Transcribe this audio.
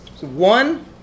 One